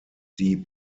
die